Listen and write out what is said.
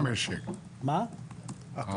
לא המשק, ההכנסות.